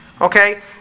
Okay